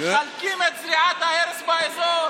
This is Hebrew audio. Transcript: מחלקים את זריעת ההרס באזור.